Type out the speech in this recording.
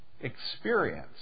experience